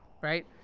right